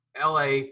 LA